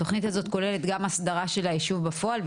התוכנית הזאת כוללת גם את ההסדרה של היישוב בפועל,